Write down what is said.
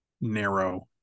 narrow